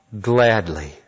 gladly